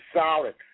solid